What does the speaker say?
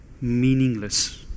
meaningless